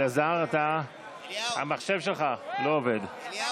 אלעזר, המחשב שלך לא עובד.